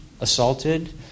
assaulted